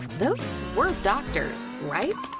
those were doctors, right?